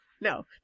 No